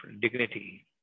dignity